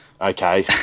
Okay